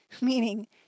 Meaning